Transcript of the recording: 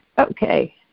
Okay